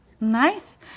Nice